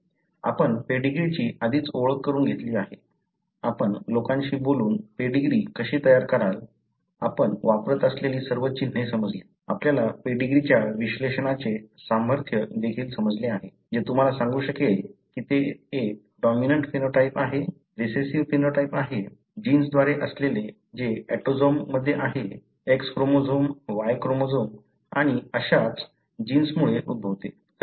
आपण पेडीग्रीची आधीच ओळख करून घेतली आहे आपण लोकांशी बोलून पेडीग्री कशी तयार कराल आपण वापरत असलेली सर्व चिन्हे समजली आपल्याला पेडीग्रीच्या विश्लेषणाचे सामर्थ्य देखील समजले आहे जे तुम्हाला सांगु शकेल की ते एक डॉमिनंट फेनोटाइप आहे रिसेसिव्ह फेनोटाइप आहे जीन्सद्वारे असलेले जे ऑटोसोममध्ये आहे X क्रोमोझोम Y क्रोमोझोम आणि अशाच जीन्समुळे उद्भवते